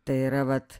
tai yra vat